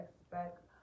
expect